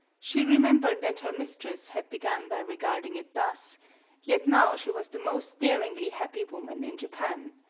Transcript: she remembered that her mistress had begun by regarding it thus yet now she was the most daringly happy woman in japan.